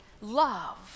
love